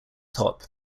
top